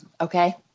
Okay